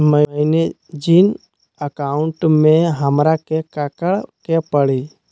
मैंने जिन अकाउंट में हमरा के काकड़ के परी?